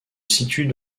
situent